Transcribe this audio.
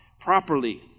properly